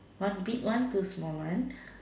one big one two small one